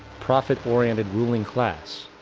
profit oriented ruling class,